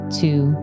two